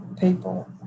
people